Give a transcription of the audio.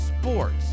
sports